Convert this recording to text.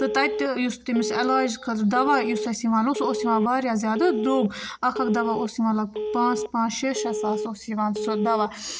تہٕ تَتہِ تہٕ یُس تیٚمِس علاج خٲطرٕ دَوا یُس اَسہِ یِوان اوس سُہ اوس یِوان واریاہ زیادٕ درٛوگ اَکھ اَکھ دَوا اوس یِوان لگ بگ پانٛژھ پانٛژھ شےٚ شےٚ ساس اوس یِوان سُہ دَوا